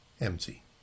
empty